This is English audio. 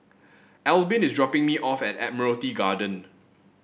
Albin is dropping me off at Admiralty Garden